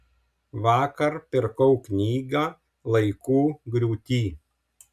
vakar pirkau knygą laikų griūty